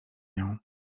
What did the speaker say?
nią